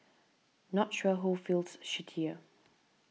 not sure who feels shittier